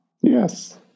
yes